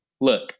Look